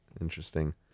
interesting